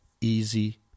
easy